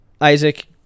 isaac